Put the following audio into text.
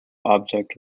object